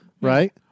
right